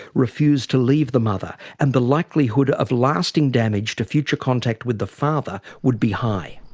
refuse to leave the mother, and the likelihood of lasting damage to future contact with the father would be high.